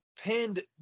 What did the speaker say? pinned